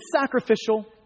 sacrificial